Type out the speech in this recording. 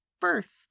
first